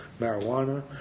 marijuana